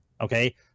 okay